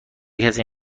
کسی